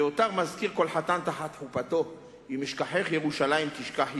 ואותה מזכיר כל חתן תחת חופתו: "אם אשכחך ירושלים תשכח ימיני".